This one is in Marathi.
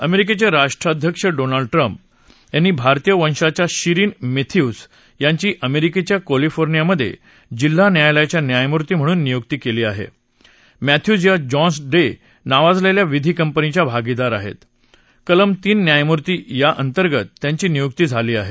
अमरिकेछा राष्ट्राध्यक्ष डोनाल्ड ट्रम्प यांनी भारतीय वंशाच्या शिरीन मध्यिवस यांची अमरिकेछा कॅलिफोनियामध जिल्हा न्यायालयाच्या न्यायमूर्ती म्हणून नियुक्ती कली आह मधिक्स या जोन्स डव्या नावाजलखा विधी कंपनीच्या भागीदार आहत कलम तीन न्यायमूर्ती या अंतर्गत त्यांची नियुक्ती झाली आहे